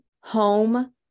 Home